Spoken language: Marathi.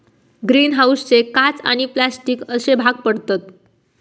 ग्रीन हाऊसचे काच आणि प्लास्टिक अश्ये भाग पडतत